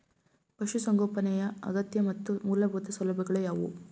ಪಶುಸಂಗೋಪನೆಯ ಅಗತ್ಯ ಮತ್ತು ಮೂಲಭೂತ ಸೌಲಭ್ಯಗಳು ಯಾವುವು?